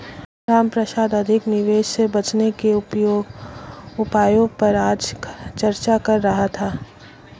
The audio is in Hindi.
रामप्रसाद अधिक निवेश से बचने के उपायों पर आज चर्चा कर रहा था